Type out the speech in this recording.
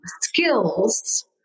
skills